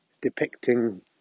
depicting